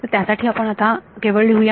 तर त्यासाठी आता आपण केवळ लिहूया